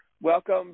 Welcome